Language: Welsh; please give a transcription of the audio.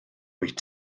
wyt